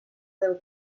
deu